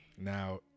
Now